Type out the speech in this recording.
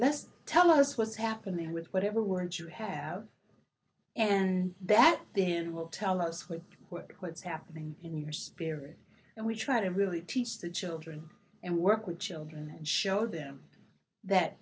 let's tell us what's happening with whatever words you have and that then will tell us what what's happening in your spirit and we try to really teach the children and work with children and show them that